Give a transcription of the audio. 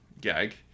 gag